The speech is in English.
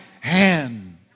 hand